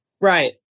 Right